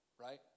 Right